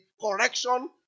correction